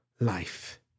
Life